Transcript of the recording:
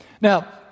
Now